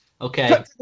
Okay